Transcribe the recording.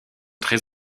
très